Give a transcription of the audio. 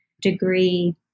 degree